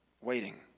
waiting